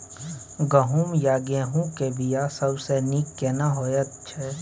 गहूम या गेहूं के बिया सबसे नीक केना होयत छै?